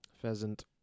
pheasant